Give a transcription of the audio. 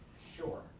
sure.